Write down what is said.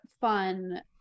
fun